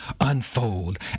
unfold